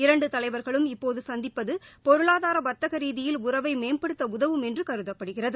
இரண்டு தலைவா்களும் இப்போது சந்திப்பது பொருளாதார வா்த்தக ரீதியில் உறவை மேம்படுத்த உதவும் என்று கருதப்படுகிறது